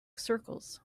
circles